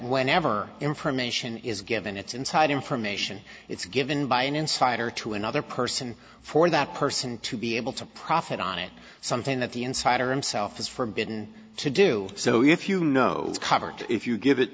whenever information is given it's inside information it's given by an insider to another person for that person to be able to profit on it something that the insider him self is forbidden to do so if you know i